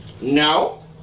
No